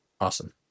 Awesome